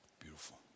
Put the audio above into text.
Beautiful